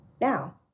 now